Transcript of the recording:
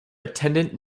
attendant